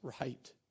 right